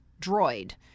droid